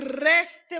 rest